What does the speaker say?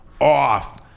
off